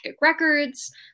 records